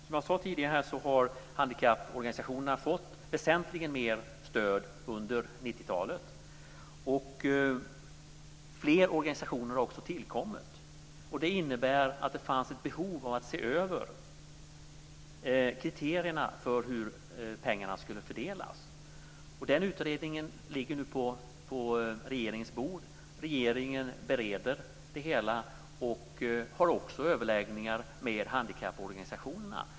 Som jag sade tidigare här har handikapporganisationerna fått väsentligt mer stöd under 90-talet. Fler organisationer har också tillkommit. Det innebär att det fanns ett behov av att se över kriterierna för hur pengarna skulle fördelas. Utredningen om detta ligger nu på regeringens bord. Regeringen bereder det hela, och har också överläggningar med handikapporganisationerna.